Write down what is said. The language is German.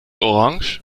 orange